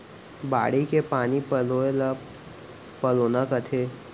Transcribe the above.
बाड़ी के पानी पलोय ल पलोना कथें